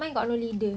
mine got no leader